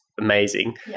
amazing